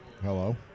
hello